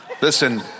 listen